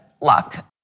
luck